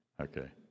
okay